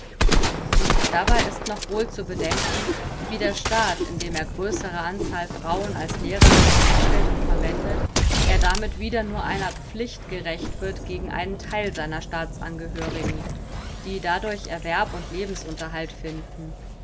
dabei ist noch wohl zu bedenken wie der staat indem er in größerer anzahl frauen als lehrerinnen anstellt und verwendet er damit wieder nur einer pflicht gerecht wird gegen einen theil seiner staatsangehörigen die dadurch erwerb und lebensunterhalt finden